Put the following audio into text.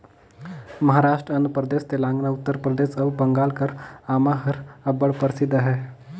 महारास्ट, आंध्र परदेस, तेलंगाना, उत्तर परदेस अउ बंगाल कर आमा हर अब्बड़ परसिद्ध अहे